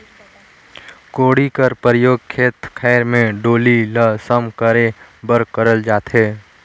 कोड़ी कर परियोग खेत खाएर मे डोली ल सम करे बर करल जाथे